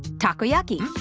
takoyaki.